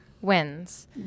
wins